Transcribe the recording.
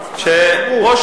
שובב.